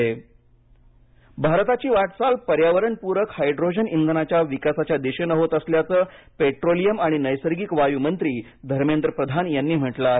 प्रधान hydrogen भारताची वाटचाल पर्यावरणपूरक हायड्रोजन इंधनाच्या विकासाच्या दिशेने होत असल्याचं पेट्रोलियम आणि नैसर्गिक गॅस मंत्री धर्मेंद्र प्रधान यांनी म्हटलं आहे